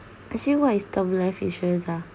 actually what is term life insurance ah